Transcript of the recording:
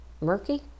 murky